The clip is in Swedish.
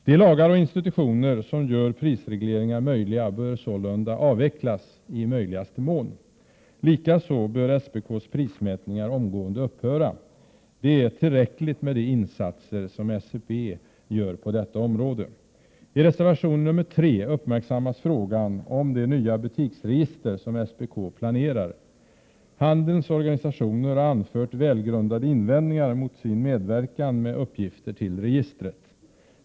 De lagar och institutioner som gör prisregleringar möjliga bör sålunda i möjligaste mån avvecklas. Likaså bör SPK:s prismätningar omgående upphöra; det är tillräckligt med de insatser som SCB gör på detta område. I reservation 3 uppmärksammas frågan om det nya butiksregister som SPK planerar. Handelns organisationer har anfört välgrundade invändningar mot sin medverkan med uppgifter till registret.